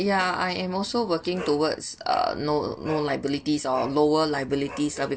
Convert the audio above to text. ya I am also working towards uh no no liabilities or lower liabilities lah